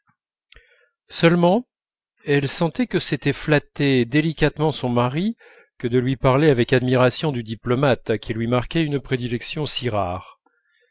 seulement elle sentait que c'était flatter délicatement son mari que de lui parler avec admiration du diplomate qui lui marquait une prédilection si rare